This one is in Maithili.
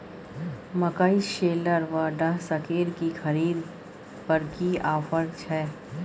मकई शेलर व डहसकेर की खरीद पर की ऑफर छै?